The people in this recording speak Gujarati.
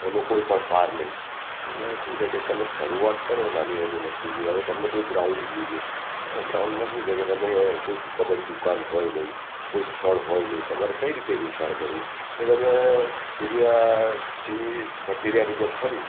એનો કોઈ પણ પાર નહીં એટલે શું છે કે તમે શરૂઆત કરો નાની નાની વસ્તુઓથી હવે તમને કોઈ ગ્રાઉન્ડ જોઈએ હવે ગ્રાઉન્ડમાં શું છે કે તમે કોઈ તમારી દુકાન હોય નહીં કોઈ સ્થળ હોય નહીં તમારે કઈ રીતે વેચાણ કરવું એટલે તમે ફેરિયાથી ફકીરીયાની જેમ ફરી